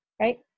right